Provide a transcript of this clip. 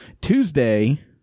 Tuesday